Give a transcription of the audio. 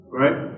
right